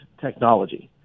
technology